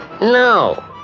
No